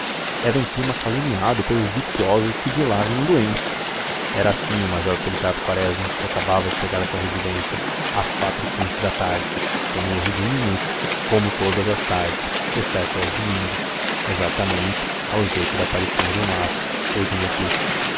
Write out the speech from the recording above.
era um clima caluniado pelos viciosos que de lá vinham doentes era assim o major policarpo quaresma que acabava de chegar à sua residência às quatro e quinze da tarde sem erro de um minuto como todas as tardes exceto aos domingos exatamente ao jeito da aparição de um astro ou de um eclipse